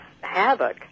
havoc